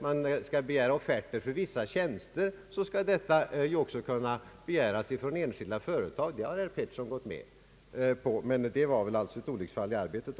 offerter skall begäras för vissa tjänster, skall dessa kunna begäras även från enskilda företag. Detta har alltså herr Bertil Petersson gått med på, men det var väl ett olycksfall i arbetet.